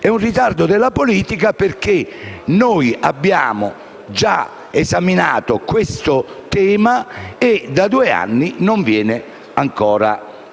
di un ritardo della politica, perché noi abbiamo già esaminato questo tema e da due anni esso non viene ancora trattato